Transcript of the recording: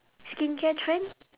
skincare trend